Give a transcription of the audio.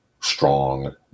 strong